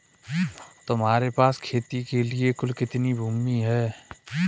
तुम्हारे पास खेती के लिए कुल कितनी भूमि है?